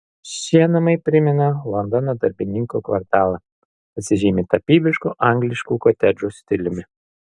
šie namai primena londono darbininkų kvartalą pasižymi tapybišku angliškų kotedžų stiliumi